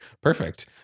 Perfect